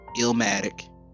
Illmatic